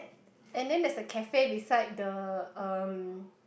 and then there's a cafe beside the um